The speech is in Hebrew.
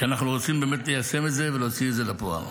כי אנחנו רוצים ליישם את זה ולהוציא את זה לפועל.